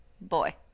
boy